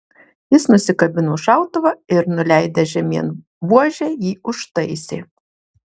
jis nusikabino šautuvą ir nuleidęs žemyn buožę jį užtaisė